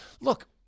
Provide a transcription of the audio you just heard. look